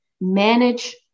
manage